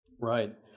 Right